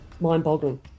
mind-boggling